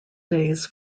days